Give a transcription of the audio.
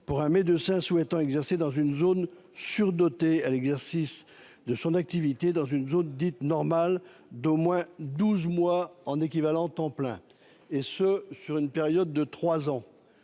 pour un médecin souhaitant exercer dans une zone surdotée à l'exercice de son activité dans une zone dite « normale » d'au moins douze mois en équivalent temps plein sur une période de trois